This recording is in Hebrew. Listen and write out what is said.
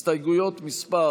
הסתייגויות מס'